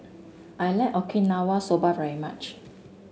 I like Okinawa Soba very much